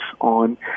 on